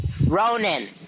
Ronan